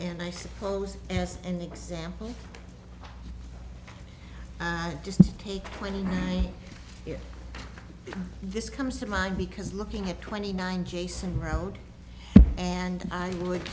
and i suppose as an example just take twenty years this comes to mind because looking at twenty nine jason road and i would